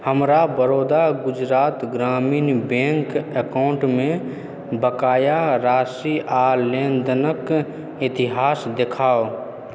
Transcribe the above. हमरा Baroda Gujarat Gramin bank account मे बकाया राशि आ लेनदेनक इतिहास देखाउ